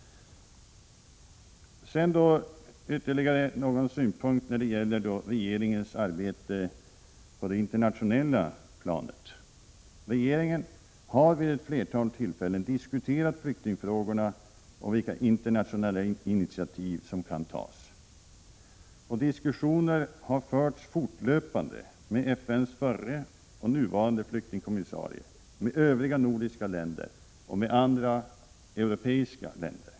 Så ytterligare någon synpunkt när det gäller regeringens arbete på det internationella planet. Regeringen har vid ett flertal tillfällen diskuterat flyktingfrågorna med hänsyn till vilka internationella initiativ som kan tas. Diskussioner har fortlöpande förts med FN:s förre och nuvarande flyktingkommissarie, med övriga nordiska länder och med andra europeiska länder.